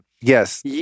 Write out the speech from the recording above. yes